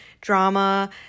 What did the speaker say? drama